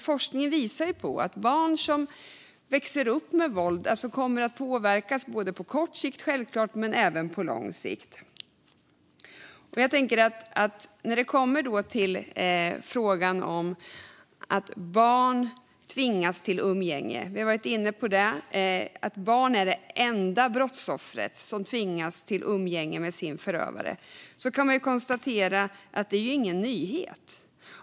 Forskningen visar ju att barn som växer upp med våld kommer att påverkas på både kort och lång sikt. När det gäller att barn tvingas till umgänge - vi har ju varit inne på att barn är de enda brottsoffer som tvingas till umgänge med sin förövare - kan vi konstatera att detta inte är någon nyhet.